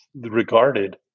regarded